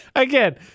Again